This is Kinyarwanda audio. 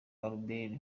albert